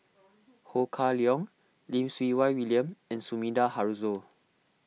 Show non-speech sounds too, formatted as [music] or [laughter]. [noise] Ho Kah Leong Lim Siew Wai William and Sumida Haruzo